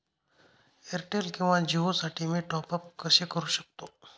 Airtel किंवा जिओसाठी मी टॉप ॲप कसे करु शकतो?